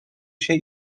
się